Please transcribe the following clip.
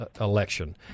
election